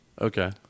Okay